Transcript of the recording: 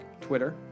Twitter